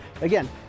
Again